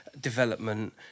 development